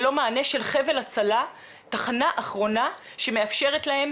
ונאבקים על תקציבים שנה אחרי שנה,